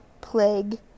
plague